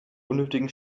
unnötigen